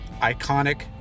iconic